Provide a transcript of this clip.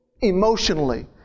Emotionally